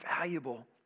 valuable